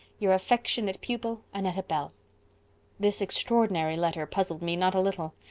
your afecksionate pupil, annetta bell this extraordinary letter puzzled me not a little.